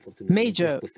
major